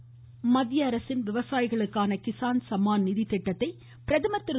பிரதமர் மத்திய அரசின் விவசாயிகளுக்கான கிஸான் சம்மான் திட்டத்தை பிரதமர் திரு